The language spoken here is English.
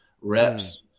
reps